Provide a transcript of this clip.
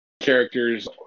Characters